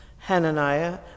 Hananiah